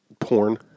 porn